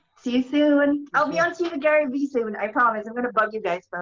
see you soon. i'll be onto the garyvee soon, i promise i'm gonna bug you guys. but